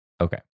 Okay